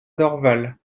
dorval